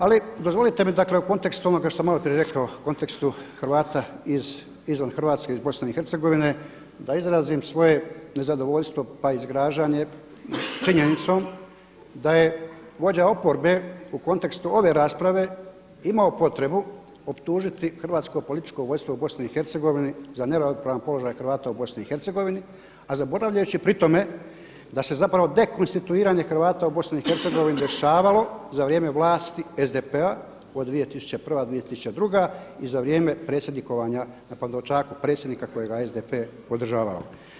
Ali dozvolite mi, dakle u kontekstu onoga što sam malo prije rekao u kontekstu Hrvata izvan Hrvatske iz BiH da izrazim svoje nezadovoljstvo, pa i zgražanje činjenicom da je vođa oporbe u kontekstu ove rasprave imao potrebu optužiti hrvatsko političko vodstvo u BiH za neravnopravan položaj Hrvata u BiH, a zaboravljajući pri tome da se zapravo dekonstituiranje Hrvata u BiH dešavalo za vrijeme vlasti SDP-a od 2001., 2002. i za vrijeme predsjednikovanja na Pantovčaku predsjednika kojega je SDP podržavao.